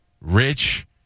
rich